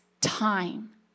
time